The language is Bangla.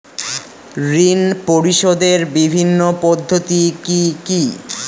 ঋণ পরিশোধের বিভিন্ন পদ্ধতি কি কি?